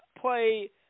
play